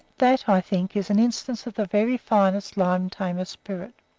that, i think, is an instance of the very finest lion-tamer spirit.